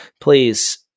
Please